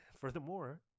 furthermore